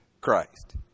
Christ